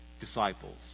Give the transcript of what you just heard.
disciples